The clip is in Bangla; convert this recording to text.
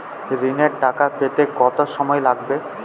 ঋণের টাকা পেতে কত সময় লাগবে?